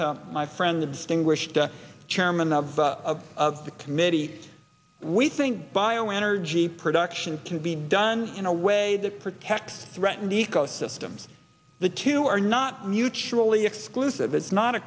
to my friend the distinguished chairman of the committee we think bio energy production can be done in a way that protects threaten ecosystems the two are not mutually exclusive it's not a